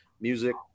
music